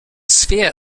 sphere